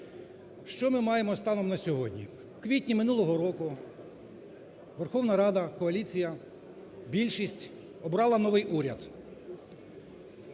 Що ми маємо станом на сьогодні? У квітні минулого року Верховна Рада, коаліція, більшість обрала новий уряд.